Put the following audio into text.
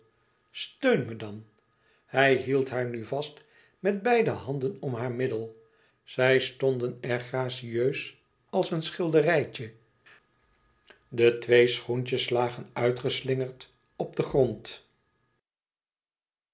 me dan hij hield haar nu vast met beide handen om haar middel zij stonden er gracieus àls een schilderijtje de twee schoentjes lagen uitgeslingerd op den grond